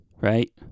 right